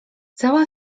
cała